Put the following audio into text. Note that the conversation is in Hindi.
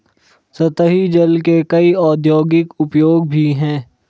सतही जल के कई औद्योगिक उपयोग भी हैं